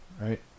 Right